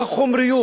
והחומריות.